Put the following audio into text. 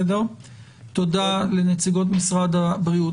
תודה לנציגות משרד הבריאות.